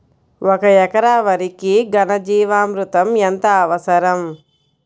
ఒక ఎకరా వరికి ఘన జీవామృతం ఎంత అవసరం?